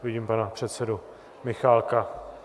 Vidím pana předsedu Michálka.